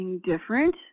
different